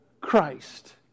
Christ